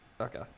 Okay